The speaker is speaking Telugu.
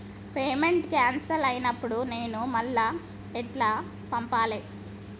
పేమెంట్ క్యాన్సిల్ అయినపుడు నేను మళ్ళా ఎట్ల పంపాలే?